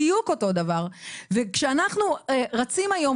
כשאנחנו רצים היום,